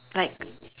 like